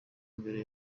mbere